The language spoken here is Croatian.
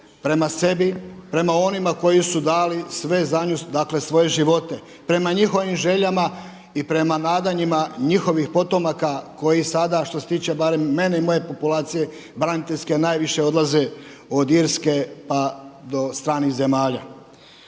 prema sebi prema onima koji su dali sve za nju, dakle svoje živote, prema njihovim željama i prema nadanjima njihovih potomaka koji sada što se tiče barem mene i moje populacije, braniteljske, najviše odlaze od Irske pa do stranih zemalja.